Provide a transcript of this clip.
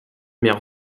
mère